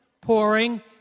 pouring